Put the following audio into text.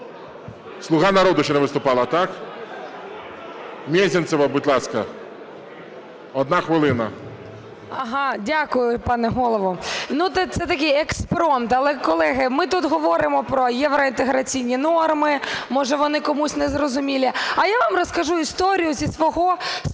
"Слуга народу" ще не виступала, так? Мезенцева, будь ласка. 1 хвилина.